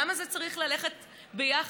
למה זה צריך ללכת ביחד?